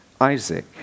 Isaac